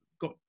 got